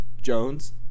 Jones